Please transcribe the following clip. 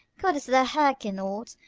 couldst thou hearken aught.